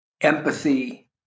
empathy